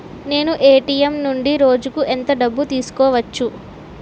నేను ఎ.టి.ఎం నుండి రోజుకు ఎంత డబ్బు తీసుకోవచ్చు?